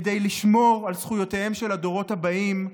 כדי לשמור על זכויותיהם של הדורות הבאים,